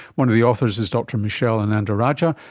one of the authors is dr michelle ananda-rajah,